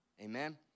amen